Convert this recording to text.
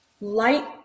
Light